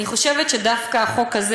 אני חושבת שדווקא החוק הזה,